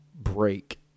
break